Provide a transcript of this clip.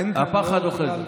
הפחד אוכל.